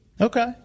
Okay